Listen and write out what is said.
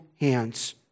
hands